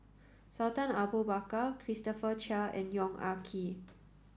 Sultan Abu Bakar Christopher Chia and Yong Ah Kee